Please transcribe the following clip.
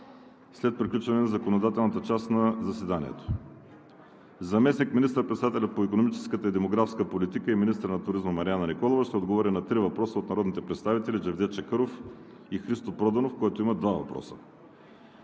след приключване на законодателната част на заседанието. 1. Заместник министър-председателят по икономическата и демографската политика и министър на туризма Марияна Николова ще отговори на три въпроса – от народните представители Джевдет Чакъров, и Христо Проданов, който има два въпроса.